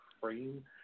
frame